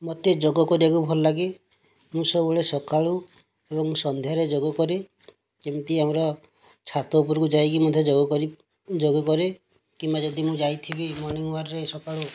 ମୋତେ ଯୋଗ କରିବାକୁ ଭଲ ଲାଗେ ମୁଁ ସବୁବେଳେ ସକାଳୁ ଏବଂ ସନ୍ଧ୍ୟାରେ ଯୋଗ କରେ କିମିତି ଆମର ଛାତ ଉପରକୁ ଯାଇକି ମୁଁ ମଧ୍ୟ ଯୋଗ କରି ଯୋଗ କରେ କିମ୍ବା ଯଦି ମୁଁ ଯାଇଥିବି ମର୍ନିଙ୍ଗ ୱାକରେ ସକାଳୁ